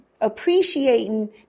appreciating